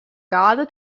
garde